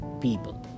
people